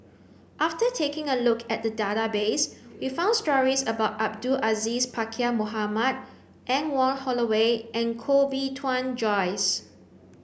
after taking a look at the database we found stories about Abdul Aziz Pakkeer Mohamed Anne Wong Holloway and Koh Bee Tuan Joyce